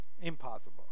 Impossible